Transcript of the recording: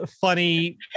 funny